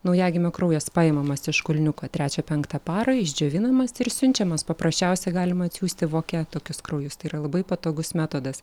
naujagimio kraujas paimamas iš kulniuko trečią penktą parą išdžiovinamas ir siunčiamas paprasčiausiai galima atsiųsti voke tokius kraujus tai yra labai patogus metodas